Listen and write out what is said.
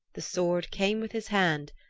the sword came with his hand,